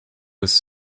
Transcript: was